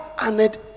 honored